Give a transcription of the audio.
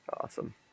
awesome